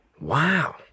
Wow